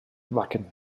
wacken